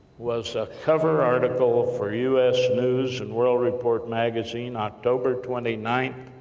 was a cover article for us news and world report magazine, october twenty ninth,